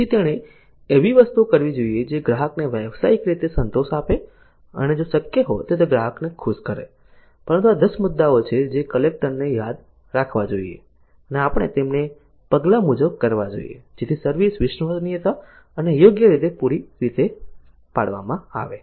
તેથી તેણે એવી વસ્તુ કરવી જોઈએ જે ગ્રાહકને વ્યાવસાયિક રીતે સંતોષ આપે અને જો શક્ય હોય તો તે ગ્રાહકને ખુશ કરે પરંતુ આ 10 મુદ્દાઓ છે જે કલેક્ટરને યાદ રાખવા જોઈએ અને તેમણે તેમને પગલા મુજબ કરવા જોઈએ જેથી સર્વિસ વિશ્વસનીય અને યોગ્ય રીતે રીત પૂરી પાડવામાં આવે